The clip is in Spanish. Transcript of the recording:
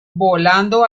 volando